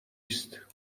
است